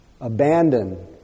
Abandon